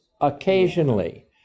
Occasionally